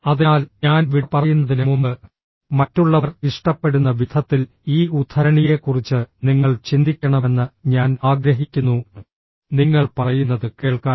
അതിനാൽ ഞാൻ വിട പറയുന്നതിന് മുമ്പ് മറ്റുള്ളവർ ഇഷ്ടപ്പെടുന്ന വിധത്തിൽ ഈ ഉദ്ധരണിയെക്കുറിച്ച് നിങ്ങൾ ചിന്തിക്കണമെന്ന് ഞാൻ ആഗ്രഹിക്കുന്നു നിങ്ങൾ പറയുന്നത് കേൾക്കാൻ